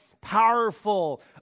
powerful